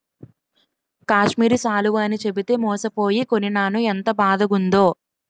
కాశ్మీరి శాలువ అని చెప్పితే మోసపోయి కొనీనాను ఎంత బాదగుందో